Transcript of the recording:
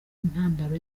intandaro